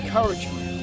Encouragement